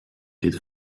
did